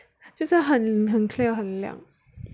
就是很 clear 很亮